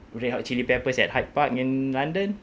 red hot chili peppers at hyde park in london